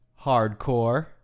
hardcore